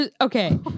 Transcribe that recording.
okay